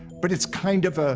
but it's kind of ah